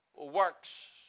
works